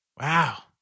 Wow